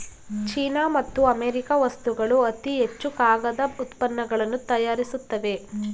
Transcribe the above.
China ಮತ್ತು America ವಸ್ತುಗಳು ಅತಿ ಹೆಚ್ಚು ಕಾಗದ ಉತ್ಪನ್ನಗಳನ್ನು ತಯಾರಿಸುತ್ತವೆ